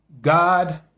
God